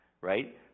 right